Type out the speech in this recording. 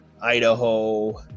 Idaho